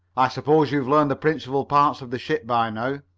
i s'pose you've learned the principal parts of the ship by now?